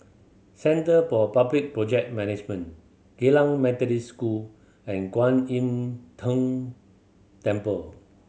Centre for Public Project Management Geylang Methodist School and Kwan Im Tng Temple